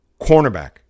cornerback